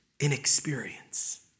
Inexperience